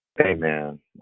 Amen